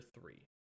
three